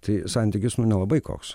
tai santykis nu nelabai koks